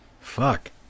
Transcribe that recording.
fuck